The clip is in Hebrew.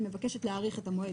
היא מבקשת להאריך את המועד,